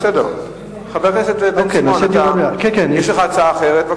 חבר הכנסת בן סימון, יש לך הצעה אחרת?